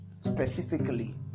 specifically